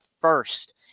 first